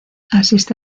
asiste